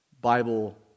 Bible